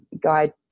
guide